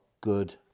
good